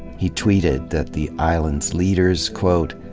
he tweeted that the islands' leaders, quote,